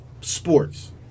sports